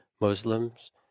Muslims